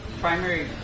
primary